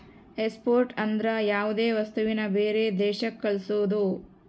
export ಅಂದ್ರ ಯಾವ್ದೇ ವಸ್ತುನ ಬೇರೆ ದೇಶಕ್ ಕಳ್ಸೋದು